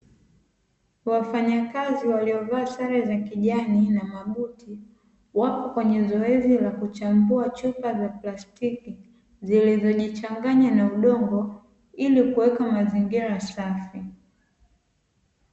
Wafanyakazi waliovaa sare za kijani na mabuti wapo kwenye zoezi la kuchagua chupa za plastiki zilizojichanganya na udongo ili kuweka mazingira safi.